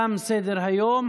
תם סדר-היום.